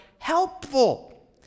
helpful